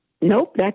Nope